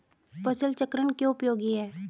फसल चक्रण क्यों उपयोगी है?